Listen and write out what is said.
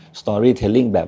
storytelling